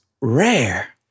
rare